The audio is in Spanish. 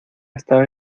estaba